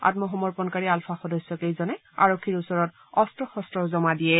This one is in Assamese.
আম্মসমৰ্পণকাৰী আলফা সদস্যকেইজনে আৰক্ষীৰ ওচৰত অস্ত্ৰ শস্ত্ৰও জমা দিয়ে